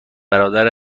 برادر